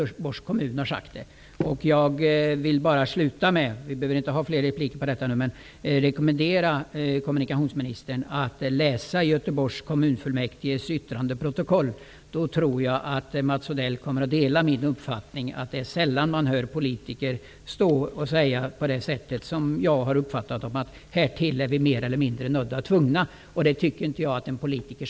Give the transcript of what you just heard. Samma sak har Göteborgs kommun sagt. Avslutningsvis vill jag rekommendera kommunikationsministern att läsa Göteborgs kommunfullmäktiges yttrandeprotokoll, för om han gör det tror jag att han kommer att dela min uppfattning. Det är ju sällan man hör politiker uttala sig på det sätt som jag har uppfattat, dvs. att man säger: Härtill är vi mer eller mindre tvungna. Så tycker jag inte att det skall vara när det gäller politiker.